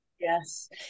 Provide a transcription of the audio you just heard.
Yes